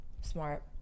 smart